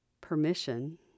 permission